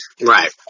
Right